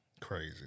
Crazy